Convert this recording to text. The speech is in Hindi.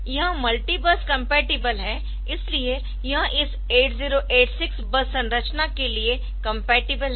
यह मल्टी बस कम्पैटिबल है इसलिए यह इस 8086 बस संरचना के साथ कम्पैटिबल है